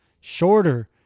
shorter